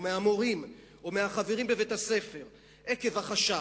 מהמורים או מהחברים בבית-הספר עקב החשש,